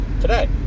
today